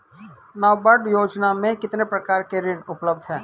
नाबार्ड योजना में कितने प्रकार के ऋण उपलब्ध हैं?